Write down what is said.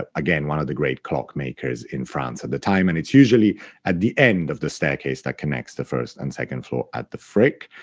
ah again, one of the great clockmakers in france at the time. and it's usually at the end of the staircase that connects the first and second floor at the frick.